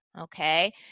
okay